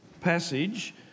passage